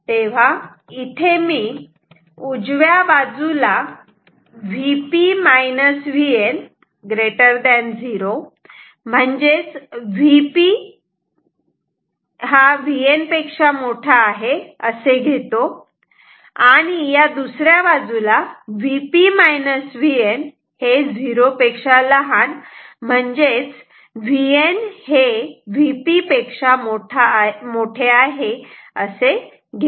तेव्हा मी इथे या उजव्या बाजूला 0 म्हणजेच Vp Vn असे घेतो आणि या दुसऱ्या बाजूला 0 म्हणजेच Vn Vp असे घेतो